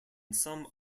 some